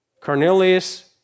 Cornelius